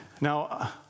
Now